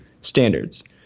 standards